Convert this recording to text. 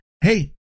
hey